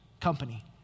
Company